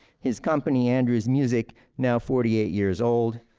his company, andrew's music, now forty eight years old,